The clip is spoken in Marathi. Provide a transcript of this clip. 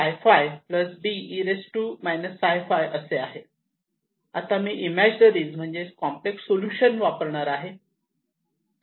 आता मी इमॅजिनरी म्हणजेच कॉम्प्लेक्स सोल्युशन वापरणार आहे